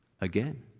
again